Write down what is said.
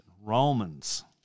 Romans